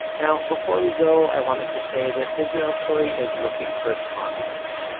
now, before we go, i wanted to say that israel story is looking for sponsors.